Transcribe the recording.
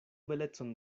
belecon